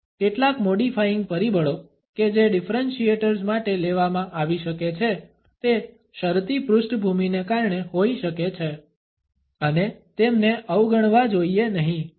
કેટલાક મોડીફાયિંગ પરિબળો કે જે ડિફરન્શીએટર્સ માટે લેવામાં આવી શકે છે તે શરતી પૃષ્ઠભૂમિને કારણે હોઈ શકે છે અને તેમને અવગણવા જોઈએ નહીં